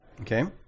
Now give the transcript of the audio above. Okay